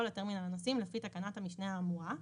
לטרמינל הנוסעים לפי תקנת המשנה האמורה.